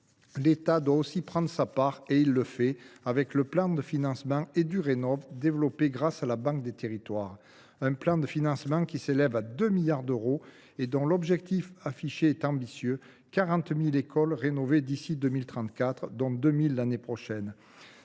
L’État aussi doit prendre sa part ; il le fait, au travers du plan de financement ÉduRénov, développé grâce à la Banque des territoires. Ce plan de financement s’élève à 2 milliards d’euros ; l’objectif affiché est ambitieux : 40 000 écoles rénovées d’ici à 2034, dont 2 000 l’année prochaine.